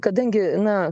kadangi na